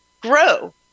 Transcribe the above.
grow